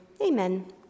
Amen